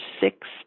six